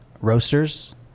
roasters